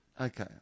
okay